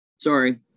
Sorry